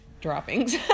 droppings